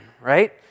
right